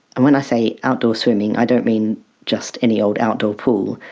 and when i say outdoor swimming i don't mean just any old outdoor pool,